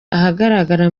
ahagaragara